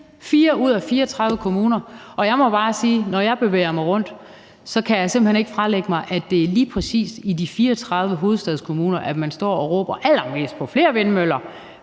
ud af 34 kommuner, og jeg må bare sige, at jeg, når jeg bevæger mig rundt, simpelt hen ikke kan fralægge mig, at det lige præcis er i de 34 hovedstadskommuner, man står og råber allermest på flere vindmøller,